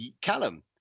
Callum